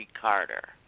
Carter